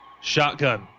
shotgun